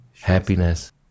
happiness